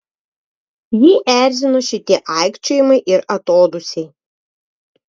jį erzino šitie aikčiojimai ir atodūsiai